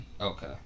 Okay